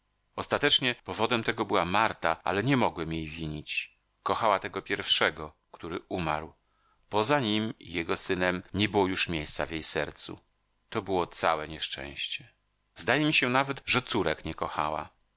ostatecznie powodem tego była marta ale nie mogłem jej winić kochała tego pierwszego który umarł poza nim i jego synem nie było już miejsca w jej sercu to było całe nieszczęście zdaje mi się nawet że córek nie kochała